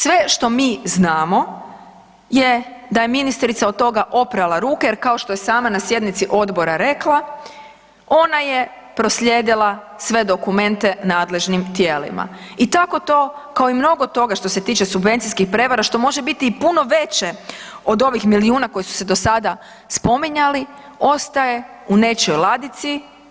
Sve što mi znamo je da je ministrica od toga oprala ruke jer kao što je sama na sjednici odbora rekla „ona je proslijedila sve dokumente nadležnim tijelima“ i tako to, kao i mnogo toga što se tiče subvencijskih prevara, što može biti i puno veće od ovih milijuna koji su se do sada spominjali, ostaje u nečijoj ladici.